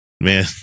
man